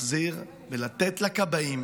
להחזיר ולתת לכבאים